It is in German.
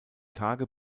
tage